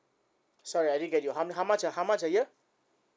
sorry I didn't get you ho~ how much uh how much a year